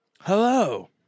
Hello